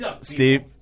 steve